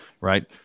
right